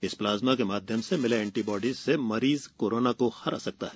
इस प्लाज्मा के माध्यम से मिले एंटीबॉडीज से मरीज कोरोना को हरा सकता है